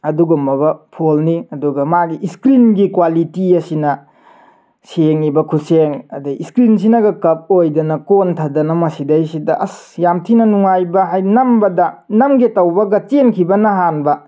ꯑꯗꯨꯒꯨꯝꯂꯕ ꯐꯣꯟꯅꯤ ꯑꯗꯨꯒ ꯃꯥꯒꯤ ꯏꯁꯀ꯭ꯔꯤꯟꯒꯤ ꯀ꯭ꯋꯥꯂꯤꯇꯤ ꯑꯁꯤꯅ ꯁꯦꯡꯉꯤꯕ ꯈꯨꯁꯦꯡ ꯑꯗꯒꯤ ꯏꯁꯀ꯭ꯔꯤꯟꯁꯤꯅꯒ ꯀꯔꯚ ꯑꯣꯏꯗꯅ ꯀꯣꯟꯊꯗꯅ ꯃꯁꯤꯗꯒꯤꯁꯤꯗ ꯑꯁ ꯌꯥꯝ ꯊꯤꯅ ꯅꯨꯡꯉꯥꯏꯕ ꯅꯝꯕꯗ ꯅꯝꯒꯦ ꯇꯧꯕꯒ ꯆꯦꯟꯈꯤꯕꯅ ꯍꯥꯟꯕ